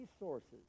resources